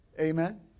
amen